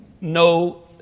No